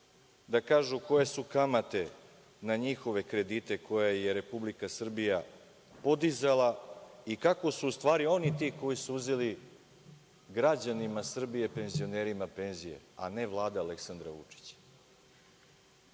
da kažu koje su kamate na njihove kredite koje je Republika Srbija podizala i kako su u stvari oni ti koji su uzeli građanima Srbije, penzionerima penzije, a ne Vlada Aleksandra Vučića. Znate,